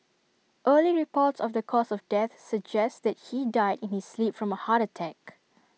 early reports of the cause of death suggests that he died in his sleep from A heart attack